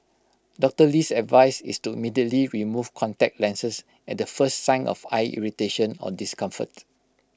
Doctor Lee's advice is to immediately remove contact lenses at the first sign of eye irritation or discomfort